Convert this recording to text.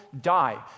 die